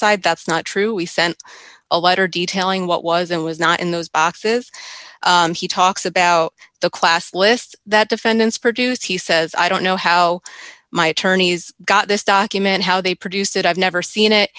side that's not true we sent a letter detailing what was and was not in those boxes he talks about the class lists that defendants produce he says i don't know how my attorney's got this document how they produced it i've never seen it